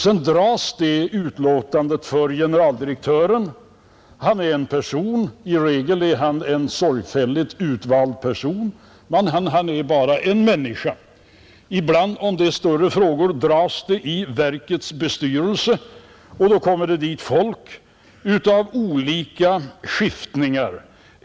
Sedan dras detta utlåtande för generaldirektören, I regel är denne en sorgfälligt utvald person men han är bara en människa, Då det gäller större frågor dras de ibland i verkets styrelse, och dit kommer då folk av olika skiftningar.